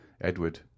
edward